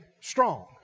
strong